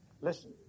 Listen